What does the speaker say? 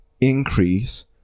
increase